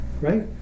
Right